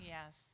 Yes